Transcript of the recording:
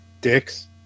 Dicks